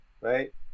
right